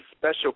special